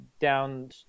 down